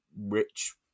rich